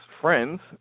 friends